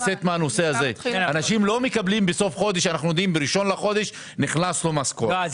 אנשים לא מקבלים משכורת בראשון לחודש ואז